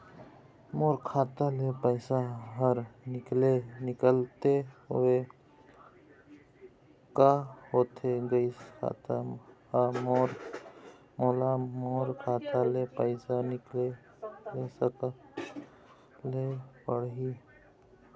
मोर खाता ले पैसा हर निकाले निकलत हवे, का होथे गइस खाता हर मोर, मोला मोर खाता ले पैसा निकाले ले का करे ले पड़ही?